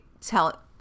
tell